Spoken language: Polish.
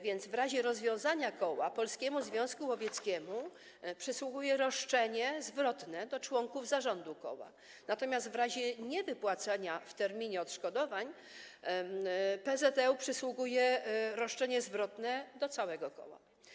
W razie rozwiązania koła Polskiemu Związkowi Łowieckiemu przysługuje roszczenie zwrotne dotyczące członków zarządu koła, natomiast w razie niewypłacania w terminie odszkodowań PZŁ przysługuje roszczenie zwrotne dotyczące całego koła.